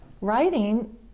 writing